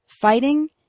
fighting